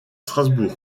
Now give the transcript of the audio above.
strasbourg